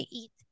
eat